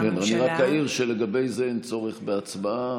אני רק אעיר שלגבי זה אין צורך בהצבעה,